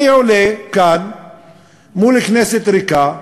אני עולה כאן מול כנסת ריקה.